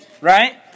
Right